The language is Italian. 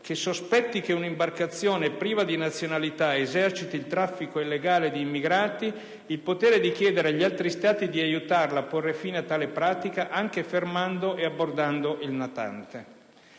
che sospetti che un'imbarcazione priva di nazionalità eserciti traffico illegale di immigrati il potere di chiedere agli altri Stati di aiutarla a porre fine a tale pratica, anche fermando e abbordando il natante.